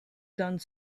done